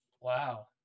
Wow